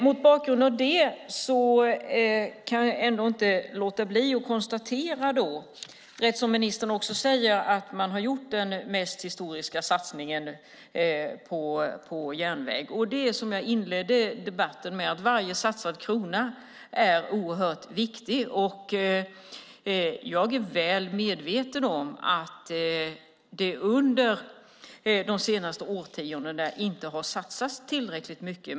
Mot bakgrund av det kan jag inte låta bli att konstatera det som ministern också säger. Man har gjort den mesta satsningen på järnväg historiskt. Jag inledde debatten med att säga att varje satsad krona är oerhört viktig. Jag är väl medveten om att det under de senaste årtiondena inte har satsats tillräckligt mycket.